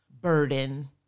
burden